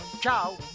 ciao.